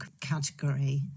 category